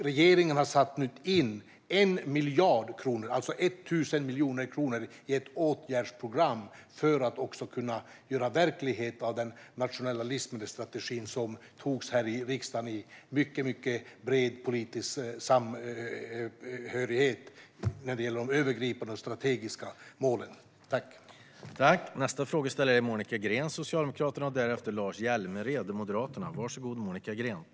Regeringen har satt in 1 miljard kronor, alltså 1 000 miljoner kronor, i ett åtgärdsprogram för att kunna göra verklighet av den nationella livsmedelsstrategin som antogs här i riksdagen i mycket bred politisk samstämmighet när det gällde de övergripande strategiska målen.